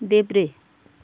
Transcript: देब्रे